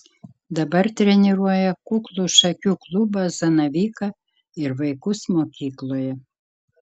dabar treniruoja kuklų šakių klubą zanavyką ir vaikus mokykloje